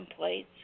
templates